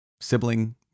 sibling